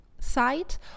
site